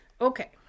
Okay